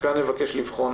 כאן נבקש לבחון,